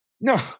no